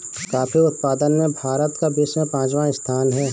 coffee उत्पादन में भारत का विश्व में पांचवा स्थान है